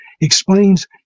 explains